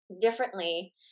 differently